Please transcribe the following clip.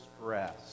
stress